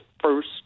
first